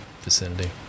vicinity